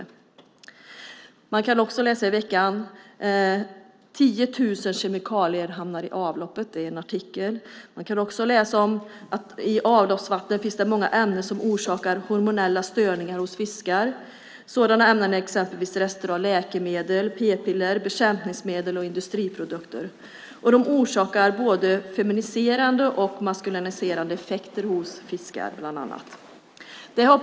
I veckan har vi också kunnat läsa en artikel om att 10 000 kemikalier hamnar i avloppet. Vi kan också läsa om att det i avloppsvatten finns många ämnen som orsakar hormonella störningar hos fiskar. Sådana ämnen är exempelvis rester av läkemedel, p-piller, bekämpningsmedel och industriprodukter. De här ämnena orsakar både feminiserande och maskuliniserande effekter bland annat hos fiskar.